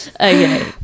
Okay